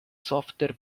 software